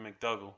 McDougall